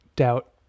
Doubt